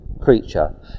creature